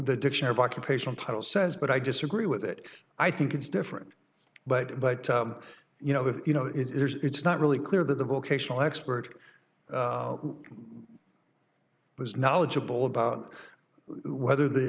the dictionary buck a patient title says but i disagree with it i think it's different but but you know if you know it's not really clear that the vocational expert was knowledgeable about whether the